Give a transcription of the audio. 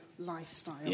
lifestyle